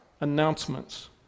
announcements